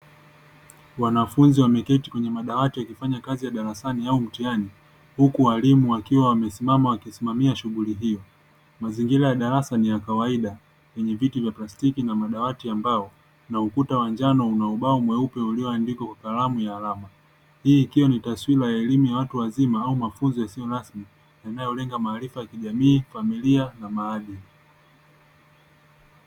Wanafunzi wameketi kwenye madawati wakifanya kazi ya darasani au mtihani huku walimu wakiwa wamesimama wanaisimamia shughuli hio. Mazingira ya darasa ni ya kawaida yenye viti vya plastiki na madawati ya mbao na ukuta wa njano una ubao mweupe ulioandikwa kwa kalamu ya alama. Hii ikiwa ni taswira ya elimu ya watu wazima au mafunzo yasiyo rasmi inayolenga maarifa ya kijamii, familia na maadili.